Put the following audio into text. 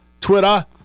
Twitter